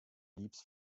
leaps